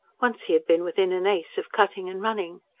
once he had been within an ace of cutting and running.